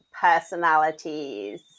personalities